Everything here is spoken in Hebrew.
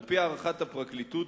על-פי הערכת הפרקליטות,